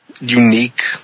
unique